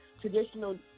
traditional